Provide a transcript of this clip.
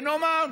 ונאמר: